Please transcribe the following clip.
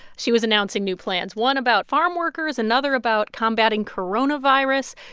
she was announcing new plans one about farm workers, another about combating coronavirus.